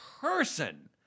person